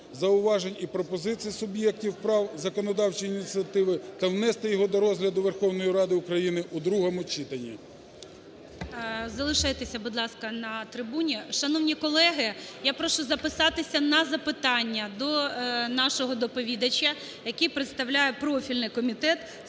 зауважень і пропозицій суб'єктів прав законодавчої ініціативи та внести його до розгляду Верховної Ради України у другому читанні. ГОЛОВУЮЧИЙ. Залишайтеся, будь ласка, на трибуні. Шановні колеги, я прошу записатися на запитання до нашого доповідача, який представляє профільний комітет